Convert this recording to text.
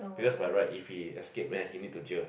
because by right if he escape then he need to jail